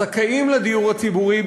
הזכאים לדיור הציבורי,